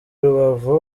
rubavu